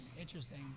interesting